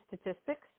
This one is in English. statistics